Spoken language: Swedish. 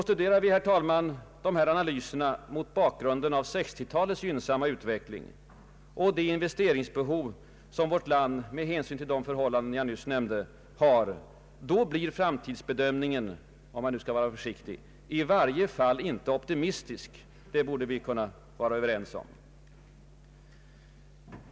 Studerar vi, herr talman, dessa analyser mot bakgrund av 1960-talets gynnsamma utveckling och det investeringsbehov som vårt land med hänsyn till de förhållanden jag nyss nämnde har, blir framtidsbedömningen — om man nu skall vara försiktig — i varje fall inte optimistisk. Det borde vi kunna vara överens om.